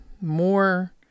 more